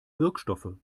wirkstoffe